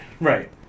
Right